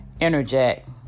interject